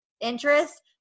interest